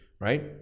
right